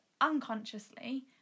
unconsciously